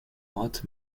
ort